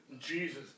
Jesus